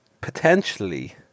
potentially